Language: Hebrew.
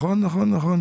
תודה, אדוני היושב-ראש.